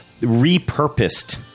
repurposed